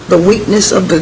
the weakness of the